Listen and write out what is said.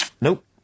Nope